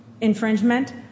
infringement